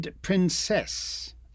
Princess